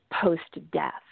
post-death